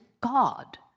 God